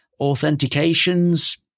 authentications